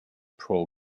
pro